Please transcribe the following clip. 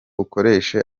ukoresha